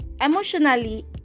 emotionally